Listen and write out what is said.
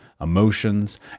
emotions